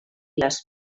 les